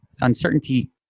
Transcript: uncertainty